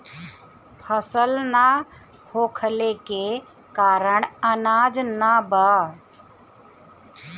फसल ना होखले के कारण अनाज ना बा